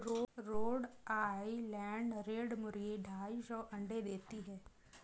road Island red मुर्गी ढाई सौ अंडे देती है